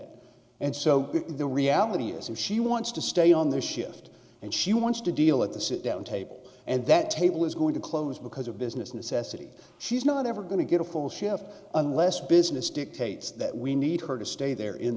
it and so the reality is if she wants to stay on their shift and she wants to deal at the sit down table and that table is going to close because of business necessity she's not ever going to get a full shift unless business dictates that we need her to stay there in